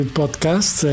podcast